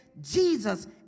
Jesus